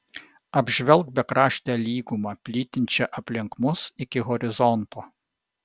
apžvelk bekraštę lygumą plytinčią aplink mus iki horizonto